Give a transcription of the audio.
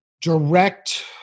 direct